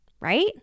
right